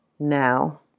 Now